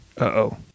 Uh-oh